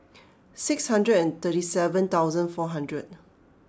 six hundred and thirty seven thousand four hundred